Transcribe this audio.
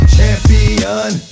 Champion